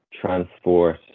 transport